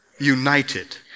united